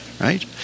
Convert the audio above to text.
right